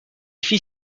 fit